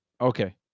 Okay